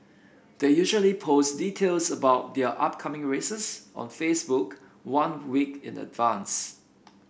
they usually post details about their upcoming races on Facebook one week in advance